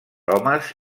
homes